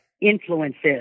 influences